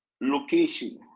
location